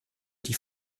die